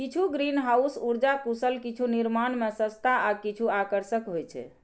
किछु ग्रीनहाउस उर्जा कुशल, किछु निर्माण मे सस्ता आ किछु आकर्षक होइ छै